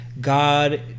God